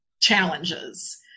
challenges